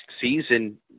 season